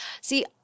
See